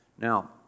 Now